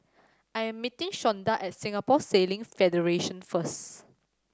I am meeting Shonda at Singapore Sailing Federation first